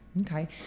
okay